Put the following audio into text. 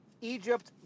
Egypt